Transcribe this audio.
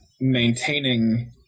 maintaining